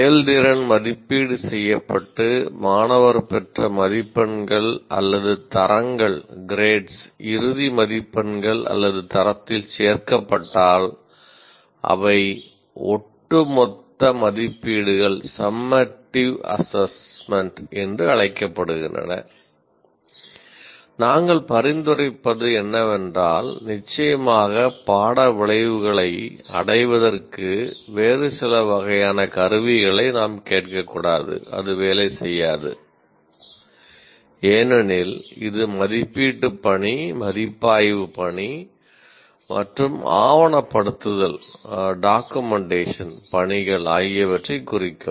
செயல்திறன் மதிப்பீடு செய்யப்பட்டு மாணவர் பெற்ற மதிப்பெண்கள் அல்லது தரங்கள் பணிகள் ஆகியவற்றைக் குறிக்கும்